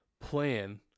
plan